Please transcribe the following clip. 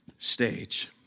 stage